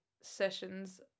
sessions